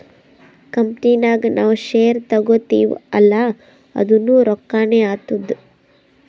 company ನಾಗ್ ನಾವ್ share ತಗೋತಿವ್ ಅಲ್ಲಾ ಅದುನೂ ರೊಕ್ಕಾನೆ ಆತ್ತುದ್